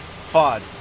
FOD